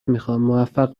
میخوامموفق